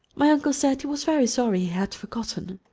my uncle said he was very sorry he had forgotten.